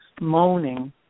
moaning